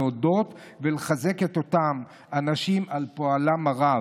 להודות להם ולחזק את אותם אנשים על פועלם הרב.